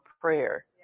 prayer